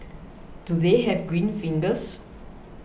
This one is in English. do they have green fingers